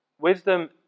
wisdom